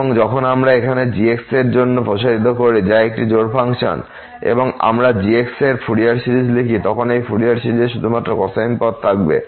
এবং যখন আমরা এখানে g এর জন্য প্রসারিত করি যা একটি জোড় ফাংশন এবং আমরা g এর ফুরিয়ার সিরিজ লিখি তখন সেই ফুরিয়ার সিরিজে শুধুমাত্র কোসাইন পদ থাকবে